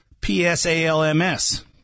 P-S-A-L-M-S